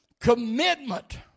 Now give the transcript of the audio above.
commitment